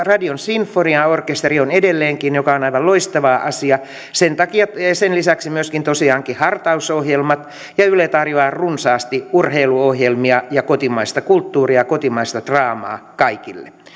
radion sinfoniaorkesteri on edelleenkin mikä on aivan loistava asia sen lisäksi myöskin on tosiaankin hartausohjelmat ja yle tarjoaa runsaasti urheiluohjelmia ja kotimaista kulttuuria kotimaista draamaa kaikille